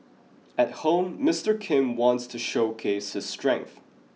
at home Mister Kim wants to showcase his strength